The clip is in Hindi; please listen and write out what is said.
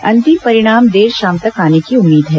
अंतिम परिणाम देर शाम तक आने की उम्मीद है